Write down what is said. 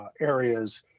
areas